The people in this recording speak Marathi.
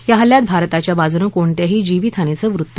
या हल्ल्यात भारताच्या बाजूनं कोणत्याही जीवितहानीचं वृत्त नाही